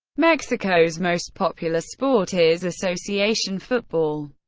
mexico's most popular sport is association football.